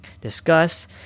discuss